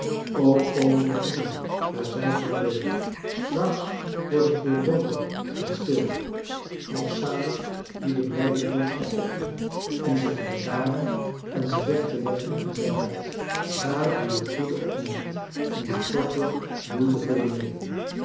komen de engelen maar zij gaan weder straks wordt het weer donker en stil doch zalig wie de blijde boodschap opving om ze te bewaren en ze weg te leggen in zijn hart zalig wie het goede opfrançois haverschmidt familie en kennissen merkt in dit korte moeitevolle leven